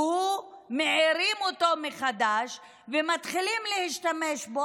ומעירים אותו מחדש ומתחילים להשתמש בו